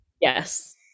yes